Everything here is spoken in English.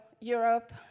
Europe